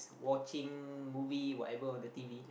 watching movie whatever on the t_v